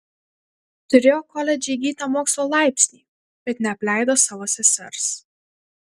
turėjo koledže įgytą mokslo laipsnį bet neapleido savo sesers